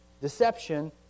Deception